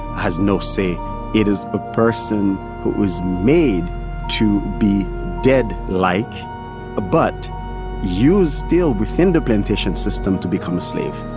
has no say it is a person what was made to be dead-like like but used still within the plantation system to become a slave